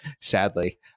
sadly